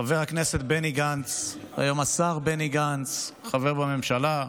חבר הכנסת בני גנץ, היום השר בני גנץ, חבר בממשלה,